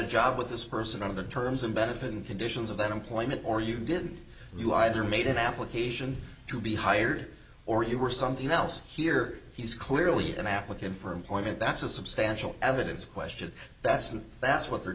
a job with this person out of the terms of benefit in conditions of employment or you didn't you either made an application to be hired or you were something else here he's clearly an applicant for employment that's a substantial evidence question that's and that's what they're